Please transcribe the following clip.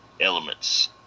elements